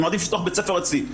אני מעדיף לפתוח בית ספר אצלי.